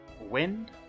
Wind